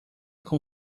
com